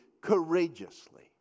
courageously